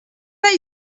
pas